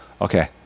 Okay